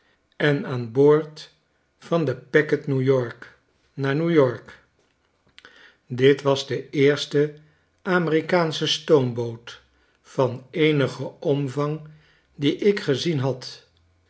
en aan boord van de packet new-york naar new-york dit was de eerste amerikaansche stoomboot van eenigen omvang die ik gezien had